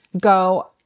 go